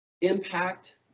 Impact